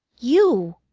you!